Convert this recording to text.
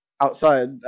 outside